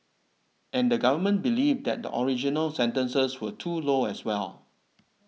and the Government believed that the original sentences were too low as well